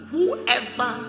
Whoever